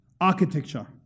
architecture